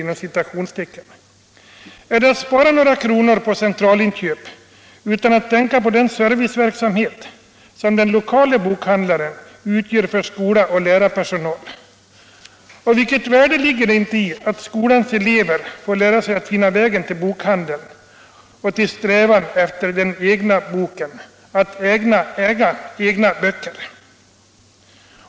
Är det att spara några kronor på centralinköp utan att tänka på den serviceverksamhet som den lokale bokhandlaren sköter för skola och lärarpersonal? Vilket värde ligger det inte i att skolans elever får lära sig att finna vägen till bokhandeln, till strävan efter den egna boken, att äga egna böcker?